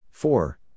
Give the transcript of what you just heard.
four